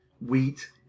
wheat